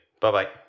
Bye-bye